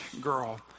girl